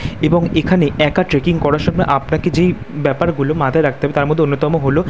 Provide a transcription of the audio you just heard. এবং এখানে একা ট্রেকিং করার সময় আপনাকে যেই ব্যাপারগুলো মাথায় রাখতে হবে তার মধ্যে অন্যতম হলো